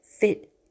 fit